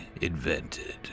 invented